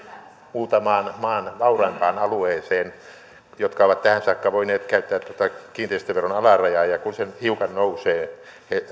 muutamaan maan vauraimpaan alueeseen jotka ovat tähän saakka voineet käyttää tätä kiinteistöveron alarajaa ja kun se hiukan nousee